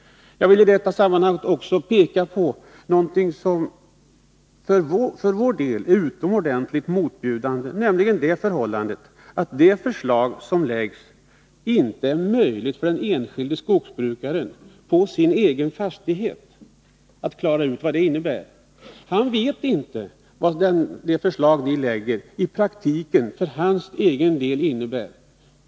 Jag vill i detta sammanhang också peka på något som för vår del är utomordentligt motbjudande, nämligen det förhållandet att det inte är möjligt för den enskilde skogsbrukaren att klara ut vad det föreliggande förslaget innebär för den egna fastigheten. Han vet inte vad förslaget kommer att betyda i praktiken för hans egen del.